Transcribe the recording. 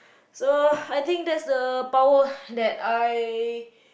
so I think that's the power that I